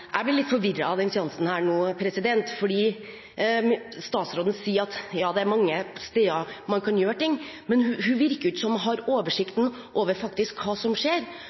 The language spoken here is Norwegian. statsråden sier at det er mange steder man kan gjøre noe. Men det virker ikke som at hun har oversikten over hva som faktisk skjer.